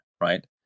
right